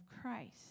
Christ